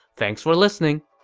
thanks for listening!